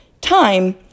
time